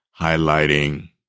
highlighting